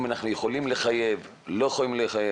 אם אנחנו יכולים לחייב או לא יכולים לחייב.